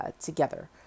together